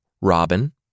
Robin